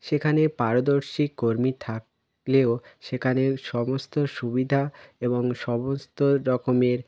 সেখানে পারদর্শী কর্মী থাকলেও সেখানের সমস্ত সুবিধা এবং সমস্ত রকমের